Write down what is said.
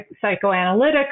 psychoanalytic